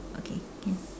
okay can